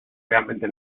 realmente